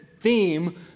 Theme